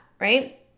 right